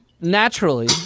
naturally